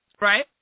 right